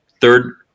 third